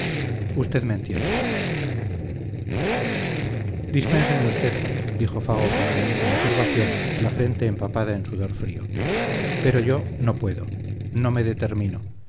usted me entiende dispénseme usted dijo fago con grandísima turbación la frente empapada en sudor frío pero yo no puedo no me determino